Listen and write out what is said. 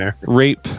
Rape